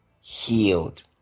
healed